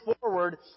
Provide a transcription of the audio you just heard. forward